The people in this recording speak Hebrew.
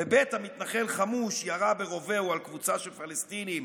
בביתא מתנחל חמוש ירה ברובהו על קבוצה של פלסטינים,